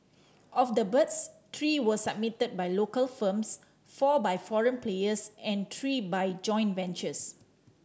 of the birds three were submitted by local firms four by foreign players and three by joint ventures